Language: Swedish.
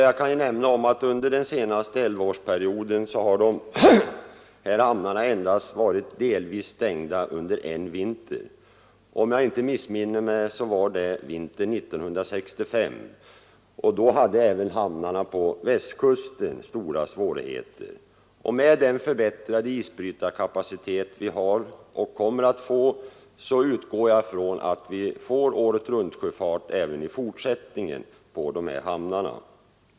Jag kan nämna att under den senaste elvaårsperioden har dessa hamnar endast varit delvis stängda under en vinter. Om jag inte missminner mig var det vintern 1965, och då hade även hamnarna på Västkusten stora svårigheter. Med tanke på den förbättrade isbrytarkapacitet som vi har och kommer att få, utgår jag ifrån att vi får åretruntsjöfart även i fortsättningen på dessa hamnar.